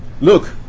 Look